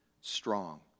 strong